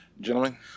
gentlemen